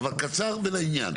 אבל קצר ולעניין.